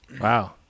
Wow